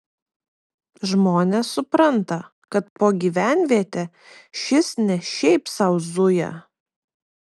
žmonės supranta kad po gyvenvietę šis ne šiaip sau zuja